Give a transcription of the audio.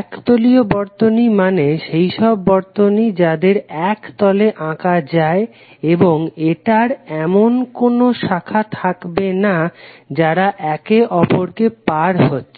এক তলীয় বর্তনী মানে সেইসব বর্তনী যাদের এক তলে আঁকা যায় এবং এটার এমন কোনো শাখা থাকবে না যারা একে অপরকে পার হচ্ছে